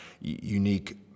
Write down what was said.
unique